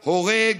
הורג,